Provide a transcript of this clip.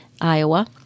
Iowa